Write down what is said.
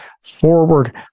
forward